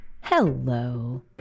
Hello